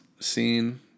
scene